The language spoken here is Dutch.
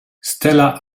stella